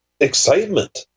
excitement